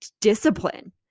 discipline